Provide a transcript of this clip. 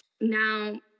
Now